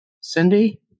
Cindy